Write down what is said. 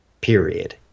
period